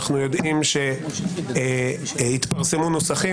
אנחנו יודעים שהתפרסמו נוסחים,